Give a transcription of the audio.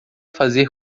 fazer